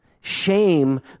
Shame